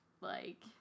like-